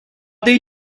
they